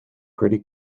pretty